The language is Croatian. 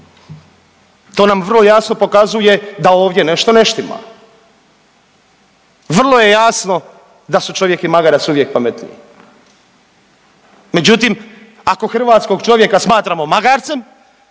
To nam vrlo jasno pokazuje da ovdje nešto ne štima. Vrlo je jasno da su čovjek i magarac uvijek pametniji. Međutim, ako hrvatskog čovjeka smatramo magarcem